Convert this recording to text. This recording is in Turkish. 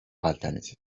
alternatif